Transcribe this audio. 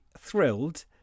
thrilled